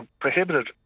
Prohibited